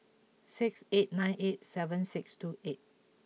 six eight nine eight seven six two eight